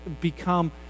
become